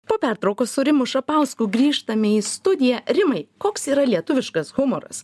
po pertraukos su rimu šapausku grįžtame į studiją rimai koks yra lietuviškas humoras